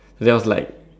that was like